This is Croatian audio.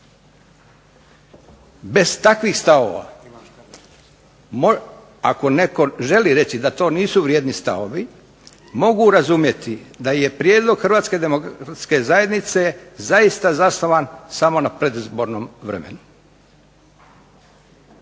Bez takvih stavova, ako netko želi reći da to nisu vrijedni stavovi, mogu razumjeti da je prijedlog Hrvatske demokratske zajednice zaista zasnovan samo na predizbornom vremenu.